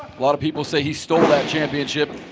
lot of people say he stole that championship,